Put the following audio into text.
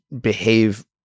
behave